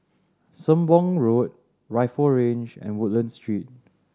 Sembong Road Rifle Range and Woodlands Street